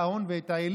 שמונה,